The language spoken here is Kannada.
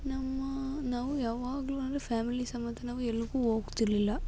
ನಮ್ಮ ನಾವು ಯಾವಾಗಲೂ ಅಂದರೆ ಫ್ಯಾಮಿಲಿ ಸಮೇತ ನಾವು ಎಲ್ಲಿಗೂ ಹೋಗ್ತಿರ್ಲಿಲ್ಲ